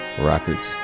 Records